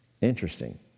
Interesting